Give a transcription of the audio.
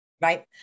Right